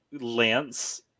Lance